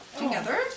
together